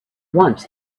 once